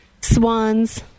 Swans